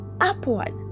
upward